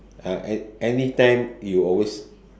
uh an~ anytime you always